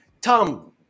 Tom